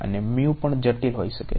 અને પણ જટિલ હોઈ શકે છે